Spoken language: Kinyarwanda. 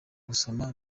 gusoma